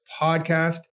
podcast